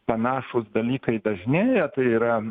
panašūs dalykai dažnėja tai yra